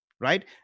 right